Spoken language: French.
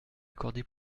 accordé